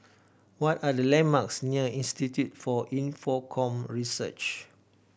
what are the landmarks near Institute for Infocomm Research